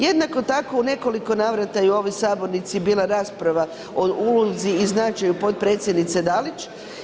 Jednako tako u nekoliko navrata je u ovoj Sabornici bila rasprava o ulozi i značaju potpredsjednice Dalić.